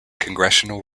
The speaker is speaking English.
congressional